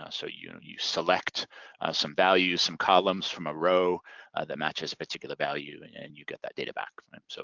ah so you know you select some values, some columns from a row that matches a particular value and and you get that data back. um so,